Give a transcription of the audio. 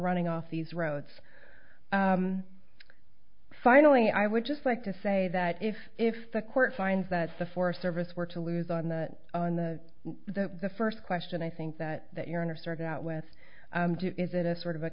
running off these roads finally i would just like to say that if if the court finds that the forest service were to lose on the on the the the first question i think that that your honor started out with is it a sort of a